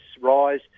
rise